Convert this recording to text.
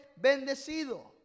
bendecido